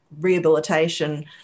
rehabilitation